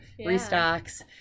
restocks